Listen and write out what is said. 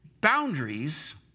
Boundaries